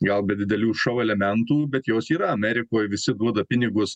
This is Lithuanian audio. gal be didelių šou elementų bet jos yra amerikoj visi duoda pinigus